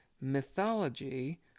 mythology